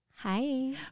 hi